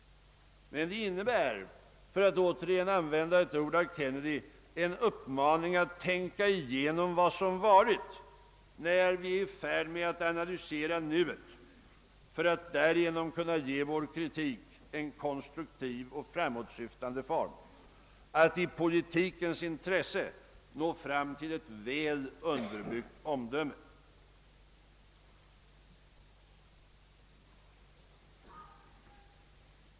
Men det innebär, för att återigen använda ett ord av Kennedy, en uppmaning att tänka igenom vad som varit, när vi är i färd med att analysera nuet för att därigenom kunna ge vår kritik en konkret och framåtsyftande form, att »i politikens intresse nå fram till ett väl underbyggt omdöme».